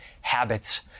habits